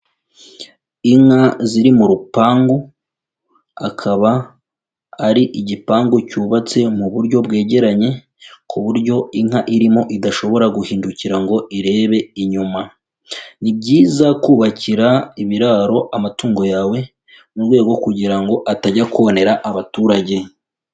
Inka ziri mu rupangu, akaba ari igipangu cyubatse mu buryo bwegeranye, ku buryo inka irimo idashobora guhindukira ngo irebe inyuma, ni byiza kubakira ibiraro amatungo yawe, mu rwego rwo kugira ngo atajya konera abaturage.